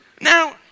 Now